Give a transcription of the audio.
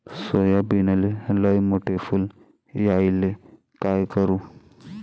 सोयाबीनले लयमोठे फुल यायले काय करू?